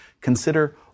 consider